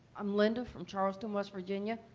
i'm linda from charleston, west virginia.